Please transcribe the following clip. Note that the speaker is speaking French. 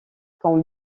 qu’en